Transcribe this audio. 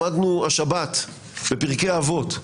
למדנו השבת בפרקי אבות: